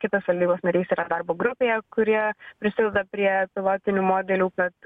kitas valdybos narys yra darbo grupėje kurie prisideda prie pilotinių modeliu kad